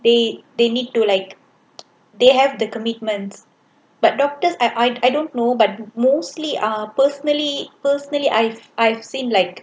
they they need to like they have the commitments but doctors I I don't know but mostly ah personally personally I've I've seen like